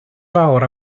fawr